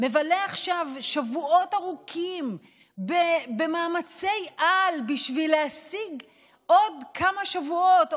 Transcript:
מבלה עכשיו שבועות ארוכים במאמצי-על בשביל להשיג עוד כמה שבועות,